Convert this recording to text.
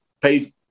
pay